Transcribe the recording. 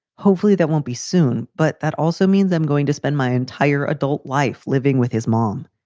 hopefully that won't be soon. but that also means i'm going to spend my entire adult life living with his mom.